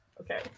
Okay